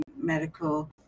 medical